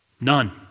None